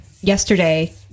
yesterday